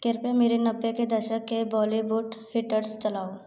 कृपया मेरे नब्बे के दशक के बॉलीवुड हिट्स चलाओ